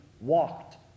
walked